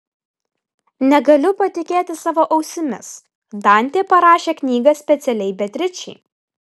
negaliu patikėti savo ausimis dantė parašė knygą specialiai beatričei